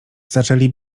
zaczęli